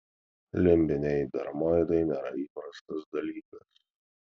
limbiniai dermoidai nėra įprastas dalykas